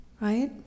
right